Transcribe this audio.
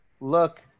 look